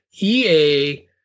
EA